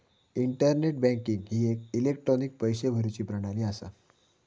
internet banking ही एक electronic पैशे भरुची प्रणाली असा